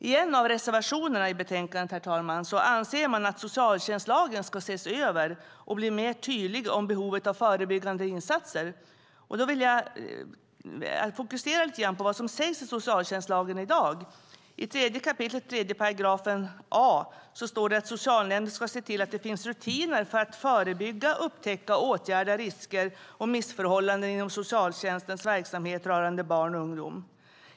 I en av reservationerna i betänkandet, herr talman, anser man att socialtjänstlagen ska ses över och bli mer tydlig i fråga om behovet av förebyggande insatser. Därför vill jag fokusera lite grann på vad som sägs i socialtjänstlagen i dag. I 3 kap. 3 a § står det att socialnämnden ska se till att det finns rutiner för att förebygga, upptäcka och åtgärda risker och missförhållanden inom socialtjänstens verksamhet rörande barn och ungdom.